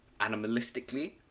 animalistically